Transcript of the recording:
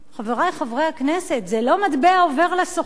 חברי חברי הכנסת, זה לא מטבע עובר לסוחר,